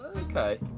okay